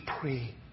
pray